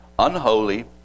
unholy